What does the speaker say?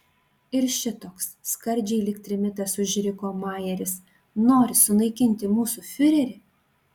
ir šitoks skardžiai lyg trimitas užriko majeris nori sunaikinti mūsų fiurerį